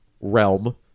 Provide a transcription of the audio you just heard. realm